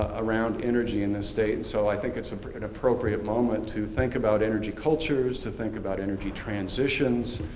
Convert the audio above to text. around energy in this state. and so, i think it's ah an appropriate moment to think about energy cultures. to think about energy transitions.